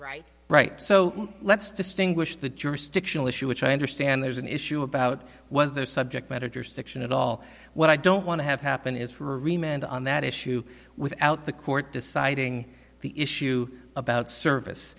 right right so let's distinguish the jurisdictional issue which i understand there's an issue about was there subject matter jurisdiction at all what i don't want to have happen is for remained on that issue without the court deciding the issue about service